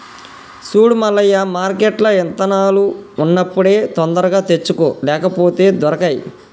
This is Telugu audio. సూడు మల్లయ్య మార్కెట్ల ఇత్తనాలు ఉన్నప్పుడే తొందరగా తెచ్చుకో లేపోతే దొరకై